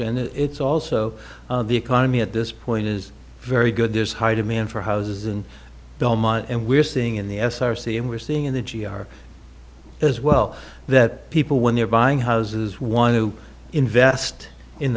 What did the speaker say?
and it's also the economy at this point is very good there's high demand for houses and belmont and we're seeing in the s r c and we're seeing in the g r as well that people when they're buying houses want to invest in